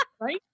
right